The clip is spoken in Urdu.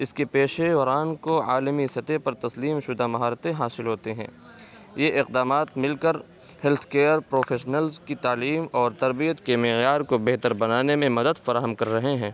اس کے پیشے وران کو عالمی سطح پر تسلیم شدہ مہارتیں حاصل ہوتے ہیں یہ اقدامات مل کر ہیلتھ کیئر پروفیشنلز کی تعلیم اور تربیت کے معیار کو بہتر بنانے میں مدد فراہم کر رہے ہیں